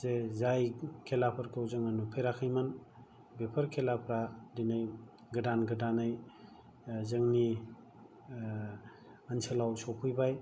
जे जाय खेलाफोरखौ जों नुफेराखैमोन बेफोर खेलाफ्रा दिनै गोदान गोदानै जोंनि ओनसोलाव सौफैबाय